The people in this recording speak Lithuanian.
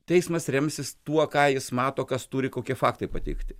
teismas remsis tuo ką jis mato kas turi kokie faktai pateikti